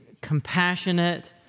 compassionate